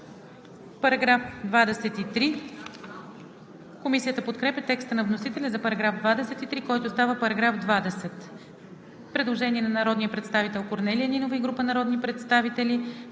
отхвърлен. Комисията подкрепя текста на вносителя за § 23, който става § 20. Предложение на народния представител Корнелия Нинова и група народни представители: